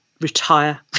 retire